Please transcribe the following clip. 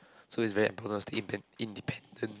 so is very important to stay indepen~ independent